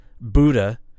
Buddha